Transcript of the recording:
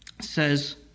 says